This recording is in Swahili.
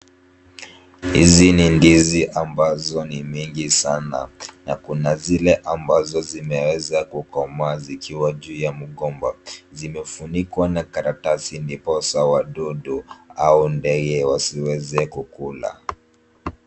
Hizi ni ndizi ambazo ni mingi sana, na kuna zile ambazo zimeweza kukomaa zikiwa juu ya mgomba. Zimefunikwa na karatasi ndiposa wadudu au ndege wasiweze kukula.